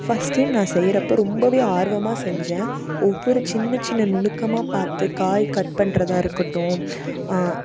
first time நான் செய்யிறப்போ ரொம்பவே ஆர்வமாக செஞ்சேன் ஒவ்வொரு சின்ன சின்ன நுணுக்கமாக பார்த்து காய் கட் பண்ணுறதா இருக்கட்டும்